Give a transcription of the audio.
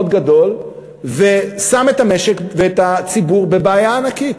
גדול ושם את המשק ואת הציבור בבעיה ענקית.